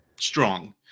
strong